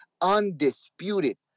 Undisputed